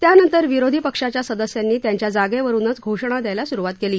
यानंतर विरोधी पक्षाच्या सदस्यांनी त्यांच्या जागेवरूनच घोषणा द्यायला सुरुवात केली